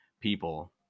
people